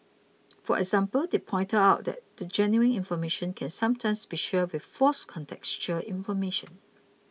for example they pointed out that genuine information can sometimes be shared with false contextual information